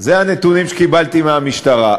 אלה הנתונים שקיבלתי מהמשטרה,